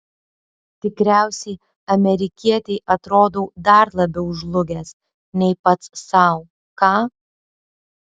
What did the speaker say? tikriausiai amerikietei atrodau dar labiau žlugęs nei pats sau ką